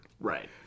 Right